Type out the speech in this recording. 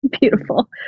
beautiful